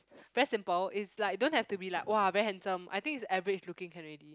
very simple it's like don't have to be like !wah! very handsome I think is average looking can already